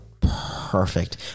perfect